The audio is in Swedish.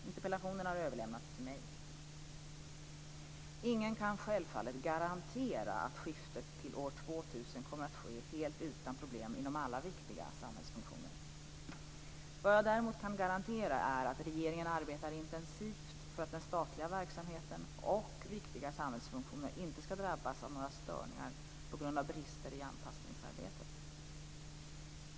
Interpellationen har överlämnats till mig. Ingen kan självfallet garantera att skiftet till år 2000 kommer att ske helt utan problem inom alla viktiga samhällsfunktioner. Vad jag däremot kan garantera är att regeringen arbetar intensivt för att den statliga verksamheten och viktiga samhällsfunktioner inte skall drabbas av några störningar på grund av brister i anpassningsarbetet.